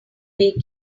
make